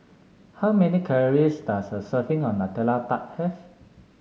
how many calories does a serving of Nutella Tart have